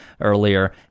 earlier